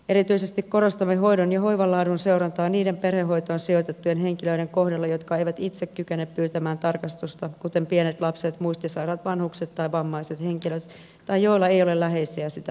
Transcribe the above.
erityisesti korostamme hoidon ja hoivan laadun seurantaa niiden perhehoitoon sijoitettujen henkilöiden kohdalla jotka eivät itse kykene pyytämään tarkastusta kuten pienet lapset muistisairaat vanhukset tai vammaiset henkilöt tai joilla ei ole läheisiä sitä pyytämässä